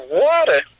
water